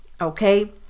okay